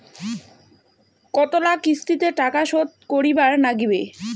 কতোলা কিস্তিতে টাকা শোধ করিবার নাগীবে?